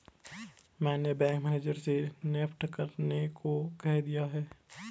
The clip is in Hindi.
मैंने बैंक मैनेजर से नेफ्ट करने को कह दिया है